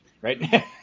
right